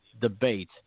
debate